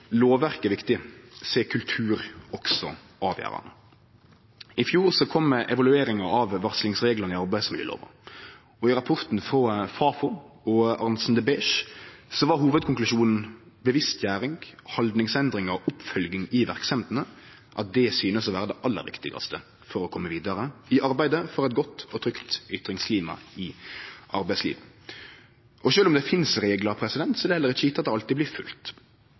lovverket er viktig, er kultur også avgjerande. I fjor kom evalueringa av varslingsreglane i arbeidsmiljølova. I rapporten frå Fafo og Arntzen de Besche var hovudkonklusjonen at bevisstgjering, haldningsendringar og oppfølging i verksemdene synest å vere det aller viktigaste for å kome vidare i arbeidet for eit godt og trygt ytringsklima i arbeidslivet. Sjølv om det finst reglar, er det heller ikkje gjeve at dei alltid blir